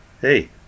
hey